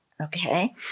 okay